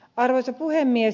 arvoisa puhemies